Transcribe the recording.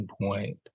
point